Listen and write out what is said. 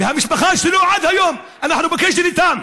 והמשפחה שלו, עד היום אנחנו בקשר איתם,